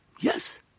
Yes